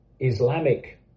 islamic